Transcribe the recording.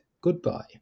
goodbye